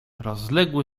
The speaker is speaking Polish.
rozległy